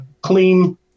clean